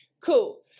Cool